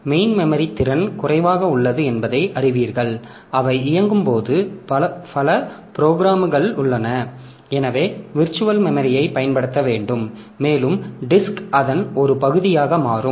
main memory திறன் குறைவாக உள்ளது என்பதை அறிவீர்கள் அவை இயங்கும் போது பல ப்ரோக்ராம்கள் உள்ளன எனவே விர்ச்சுவல் மெமரியைப் பயன்படுத்த வேண்டும் மேலும் டிஸ்க் அதன் ஒரு பகுதியாக மாறும்